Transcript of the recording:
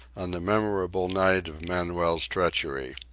on the memorable night of manuel's treachery.